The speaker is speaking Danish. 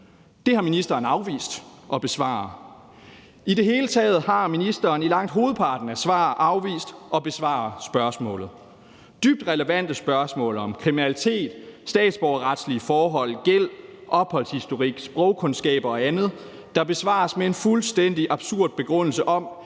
Det har ministeren afvist at besvare. I det hele taget har ministeren i langt hovedparten af svar afvist at besvare spørgsmålet. Det er dybt relevante spørgsmål om kriminalitet, statsborgerretlige forhold, gæld, opholdshistorik, sprogkundskaber og andet, der besvares med en fuldstændig absurd begrundelse om,